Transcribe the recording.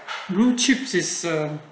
blue chips is a